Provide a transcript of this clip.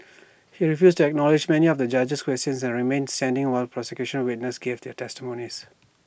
he refused to acknowledge many of the judge's questions and remained standing while prosecution witnesses gave their testimonies